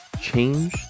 change